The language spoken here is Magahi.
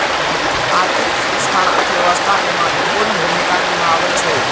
आर्थिक संस्थान अर्थव्यवस्था में महत्वपूर्ण भूमिका निमाहबइ छइ